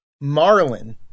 Marlin